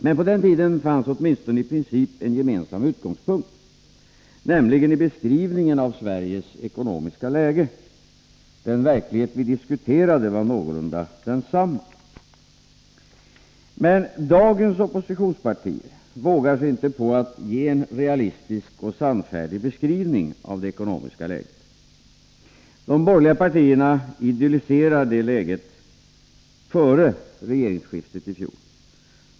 Men på den tiden fanns det åtminstone en gemensam utgångspunkt, nämligen när det gällde beskrivningen av Sveriges ekonomiska läge. Den verklighet vi diskuterade var ungefär densamma. Men dagens oppositionspartier vågar sig inte på att ge en realistisk och sannfärdig beskrivning av det ekonomiska läget. De borgerliga partierna idylliserar läget före regeringsskiftet i fjol.